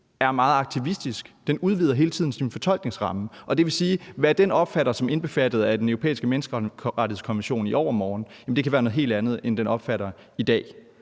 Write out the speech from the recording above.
er meget aktivistisk; den udvider hele tiden sin fortolkningsramme. Det vil sige, at hvad den opfatter som indbefattet af Den Europæiske Menneskerettighedskonvention i overmorgen, kan være noget helt andet end i dag.